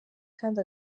kandi